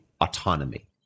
autonomy